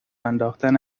انداختن